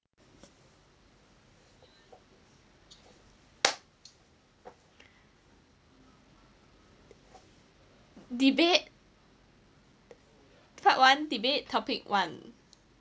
debate part one debate topic one